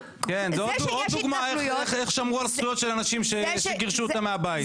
עוד דוגמה איך שמרו על זכויות של אנשים שגרשו אותם מהבית.